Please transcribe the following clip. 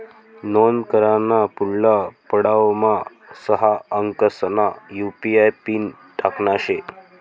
नोंद कराना पुढला पडावमा सहा अंकसना यु.पी.आय पिन टाकना शे